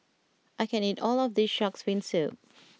I can't eat all of this Shark's Fin Soup